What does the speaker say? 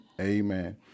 Amen